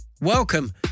Welcome